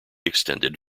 extended